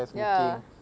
ya